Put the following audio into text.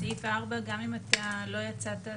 סעיף 4 גם אתה לא יצאת,